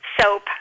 Soap